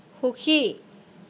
সুখী